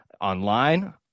online